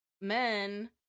men